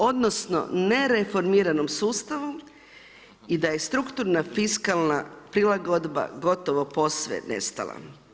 Odnosno, nereformiranom sustavu i da je strukturna fiskalna prilagodba gotovo posve nestala.